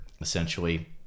Essentially